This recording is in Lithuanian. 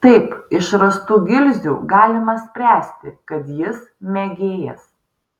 taip iš rastų gilzių galima spręsti kad jis mėgėjas